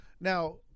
Now